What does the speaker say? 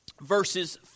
verses